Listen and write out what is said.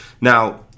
Now